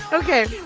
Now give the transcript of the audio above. ok.